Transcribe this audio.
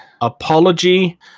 apology